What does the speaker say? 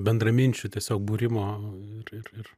bendraminčių tiesiog būrimo ir ir